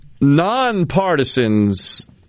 nonpartisan's